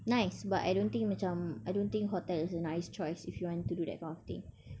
nice but I don't think macam I don't think hotel is a nice choice if you want to do that kind of thing